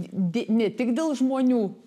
di ne tik dėl žmonių